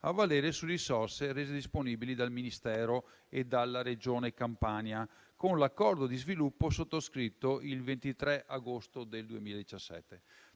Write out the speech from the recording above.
a valere su risorse rese disponibili dal Ministero e dalla Regione Campania con l'accordo di sviluppo sottoscritto il 23 agosto 2017.